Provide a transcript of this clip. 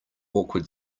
awkward